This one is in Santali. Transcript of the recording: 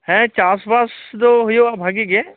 ᱦᱮᱸ ᱪᱟᱥ ᱵᱟᱥ ᱫᱚ ᱦᱩᱭᱩᱜᱼᱟ ᱵᱷᱟᱹᱜᱤ ᱜᱮ